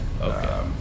Okay